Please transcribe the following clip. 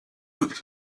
beg